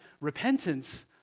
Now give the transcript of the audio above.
repentance